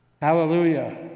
hallelujah